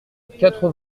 quatre